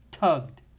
tugged